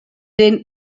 den